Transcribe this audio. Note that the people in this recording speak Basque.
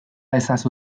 ezazu